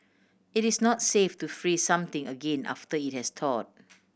it is not safe to freeze something again after it has thaw